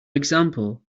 example